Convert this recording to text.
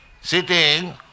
sitting